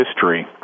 history